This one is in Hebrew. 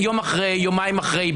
זה כל מיני ספיחים,